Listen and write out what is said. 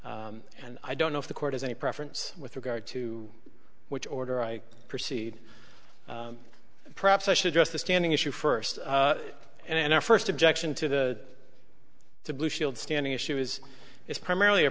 and i don't know if the court has any preference with regard to which order i proceed perhaps i should just a standing issue first and our first objection to the the blue shield standing issue is is primarily a